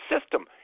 system